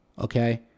Okay